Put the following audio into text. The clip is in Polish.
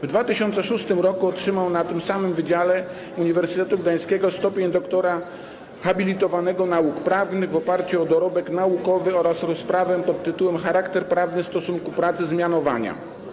W 2006 r. otrzymał na tym samym wydziale Uniwersytetu Gdańskiego stopień doktora habilitowanego nauk prawnych w oparciu o dorobek naukowy oraz rozprawę pt. „Charakter prawny stosunku pracy z mianowania”